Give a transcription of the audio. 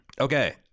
Okay